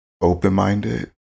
open-minded